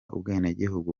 ubwenegihugu